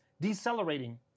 decelerating